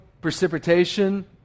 precipitation